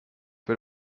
für